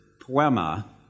poema